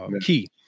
key